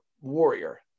Warrior